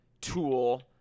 tool